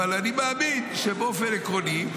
אבל אני מאמין שבאופן עקרוני,